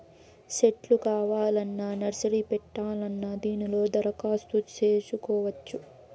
సెట్లు కావాలన్నా నర్సరీ పెట్టాలన్నా దీనిలో దరఖాస్తు చేసుకోవచ్చు